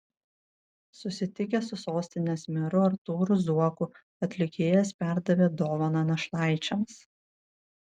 susitikęs su sostinės meru artūru zuoku atlikėjas perdavė dovaną našlaičiams